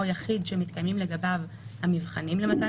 או יחיד שמתקיימים לגביו המבחנים למתן